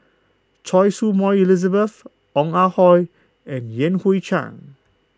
Choy Su Moi Elizabeth Ong Ah Hoi and Yan Hui Chang